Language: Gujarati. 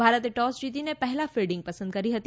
ભારતે ટોસ જીતી પહેલાં ફિલ્ડિંગ પસંદ કરી હતી